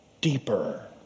deeper